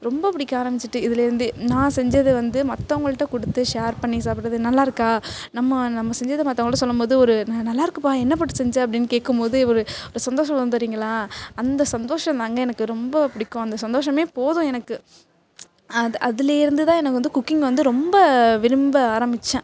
ரொம்ப பிடிக்க ஆரம்பிச்சிட்டு இதிலேருந்து நான் செஞ்சதை வந்து மற்றவங்கள்ட கொடுத்து ஷேர் பண்ணி சாப்பிட்றது நல்லாருக்கா நம்ம நம்ம செஞ்சதை மற்றவங்கள்ட சொல்லும் போது ஒரு ந நல்லாருக்குபா என்ன போட்டு செஞ்ச அப்படினு கேட்கும் போது ஒரு சந்தோஷம் வரும் தெரியுங்களா அந்த சந்தோஷந்தாங்க எனக்கு ரொம்ப பிடிக்கும் அந்த சந்தோஷம் போதும் எனக்கு அது அதுலே இருந்து தான் எனக்கு வந்து குக்கிங் வந்து ரொம்ப விரும்ப ஆரம்பிச்சேன்